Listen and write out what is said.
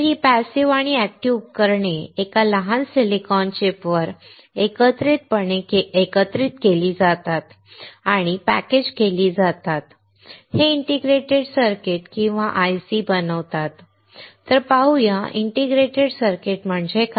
ही passive आणि active उपकरणे एका लहान सिलिकॉन चिपवर एकत्रितपणे एकत्रित केली जातात आणि पॅकेज केली जातात हे इंटिग्रेटेड सर्किट किंवा IC बनवतात तर पाहूया इंटिग्रेटेड सर्किट म्हणजे काय